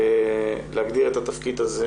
להגדיר את התפקיד הזה